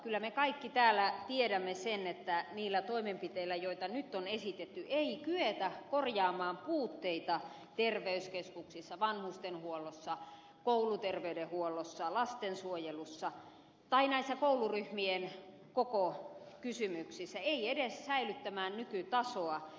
kyllä me kaikki täällä tiedämme sen että niillä toimenpiteillä joita nyt on esitetty ei kyetä korjaamaan puutteita terveyskeskuksissa vanhustenhuollossa kouluterveydenhuollossa lastensuojelussa tai edes säilyttämään nykytasoa näissä kouluryhmien kokokysymyksissä